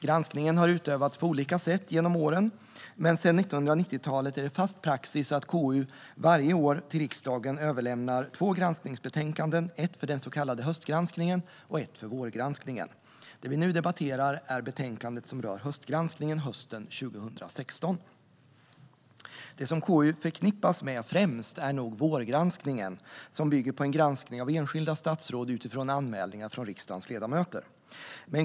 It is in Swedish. Granskningen har utförts på olika sätt genom åren, men sedan 1990-talet är det fast praxis att KU varje år överlämnar två granskningsbetänkanden till riksdagen, ett för den så kallade höstgranskningen och ett för vårgranskningen. Det vi nu debatterar är betänkandet som rör höstgranskningen hösten 2016. Det som KU främst förknippas med är nog vårgranskningen, som bygger på en granskning av enskilda statsråd utifrån anmälningar från riksdagens ledamöter.